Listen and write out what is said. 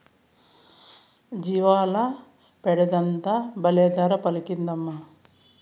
జీవాల పెండంతా బల్లే ధర పలికిందమ్మా